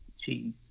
cheese